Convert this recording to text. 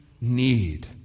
need